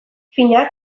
fina